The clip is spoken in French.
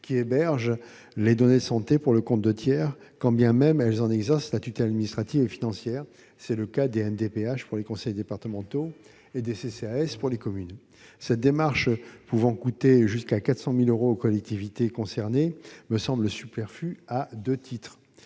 qui hébergent des données de santé pour le compte de tiers, quand bien même elles en exercent la tutelle administrative et financière : c'est le cas des MDPH pour les conseils départementaux et des CCAS pour les communes. Cette démarche, pouvant coûter jusqu'à 400 000 euros aux collectivités concernées, me semble superflue à deux titres.